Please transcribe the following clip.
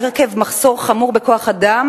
עקב מחסור חמור בכוח-אדם,